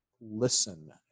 listen